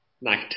Night